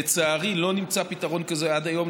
לצערי לא נמצא פתרון כזה עד היום,